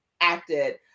acted